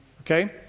Okay